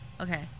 Okay